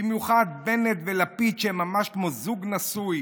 במיוחד בנט ולפיד, שהם ממש כמו זוג נשוי: